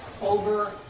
over